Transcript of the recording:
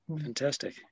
Fantastic